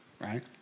right